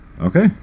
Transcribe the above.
Okay